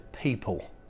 people